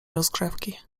rozgrzewki